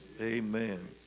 Amen